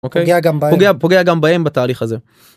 אוקיי פוגע גם בהם בתהליך הזה.